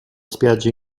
spiaggia